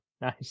nice